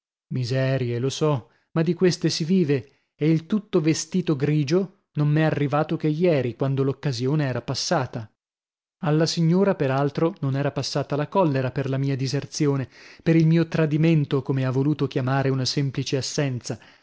miserie lo so ma di queste si vive e il tutto vestito grigio non m'è arrivato che ieri quando l'occasione era passata alla signora per altro non era passata la collera per la mia diserzione per il mio tradimento come ha voluto chiamare una semplice assenza